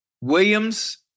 Williams